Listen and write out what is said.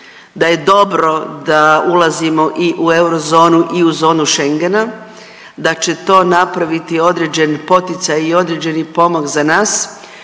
da je dobro da ulazimo i u eurozonu i u zonu Schengena, da će to napraviti određeni poticaj i određeni pomak za nas,